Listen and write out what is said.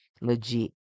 legit